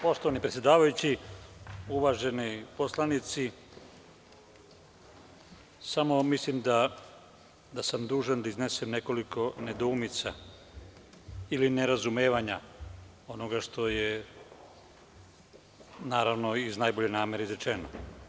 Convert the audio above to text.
Poštovani predsedavajući, uvaženi poslanici, mislim da sam dužan da iznesem nekoliko nedoumica ili nerazumevanja onoga što je naravno iz najbolje namere izrečeno.